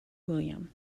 william